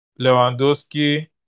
Lewandowski